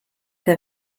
der